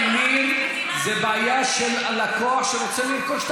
שאלה, הממיר, זו בעיה של הלקוח שרוצה לרכוש את